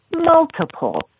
multiple